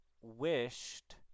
wished